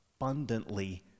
abundantly